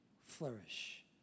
flourish